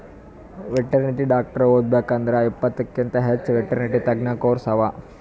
veterinary doctor ಓದಬೇಕ್ ಅಂದ್ರ ಇಪ್ಪತ್ತಕ್ಕಿಂತ್ ಹೆಚ್ಚ್ ವೆಟೆರ್ನಿಟಿ ತಜ್ಞ ಕೋರ್ಸ್ ಅವಾ